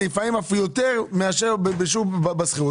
אני לפעמים אף יותר מאשר בשוק בשכירות.